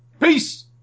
Peace